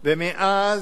ומאז,